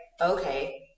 okay